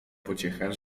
pociecha